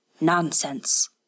Nonsense